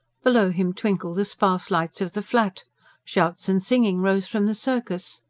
below him twinkled the sparse lights of the flat shouts and singing rose from the circus